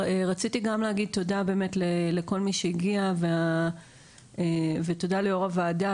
רציתי גם להגיד תודה לכל מי שהגיע וליו"ר הוועדה.